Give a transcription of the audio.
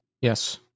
Yes